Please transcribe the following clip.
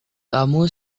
kamu